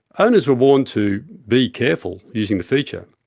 owners were warned to be careful using the feature.